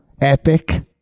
Epic